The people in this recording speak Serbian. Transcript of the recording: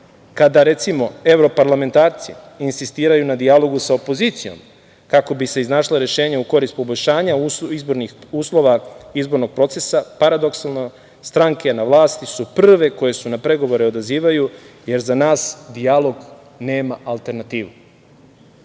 kada, recimo, evroparlamentarci insistiraju na dijalogu sa opozicijom kako bi se iznašla rešenja u korist poboljšanja izbornih uslova izbornog procesa, paradoksalno, stranke na vlasti su prve koje se na pregovore odazivaju, jer za nas dijalog nema alternativu. To